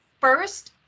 first